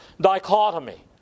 dichotomy